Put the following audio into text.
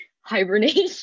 hibernation